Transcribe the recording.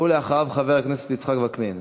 ואחריו, חבר הכנסת יצחק וקנין.